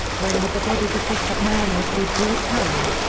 when would the bodies of the submariners be brought home?